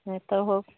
হ্যাঁ তা হোক